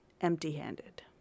empty-handed